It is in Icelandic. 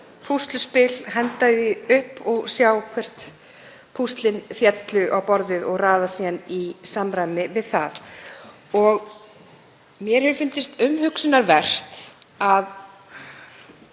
púsluspil, henda því upp og sjá hvert púslin féllu á borðið og raða síðan í samræmi við það. Mér hefur fundist umhugsunarvert og